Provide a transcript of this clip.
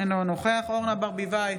אינו נוכח אורנה ברביבאי,